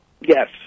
yes